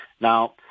Now